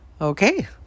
Okay